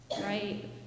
right